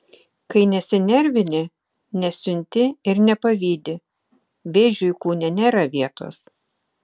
kai nesinervini nesiunti ir nepavydi vėžiui kūne nėra vietos